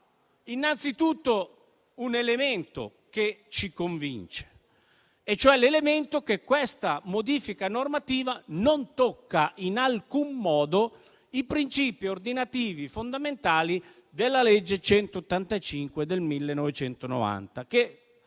Innanzitutto, un elemento che ci convince è che questa modifica normativa non tocca in alcun modo i principi ordinativi fondamentali della legge n. 185 del 1990, che